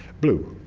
blue.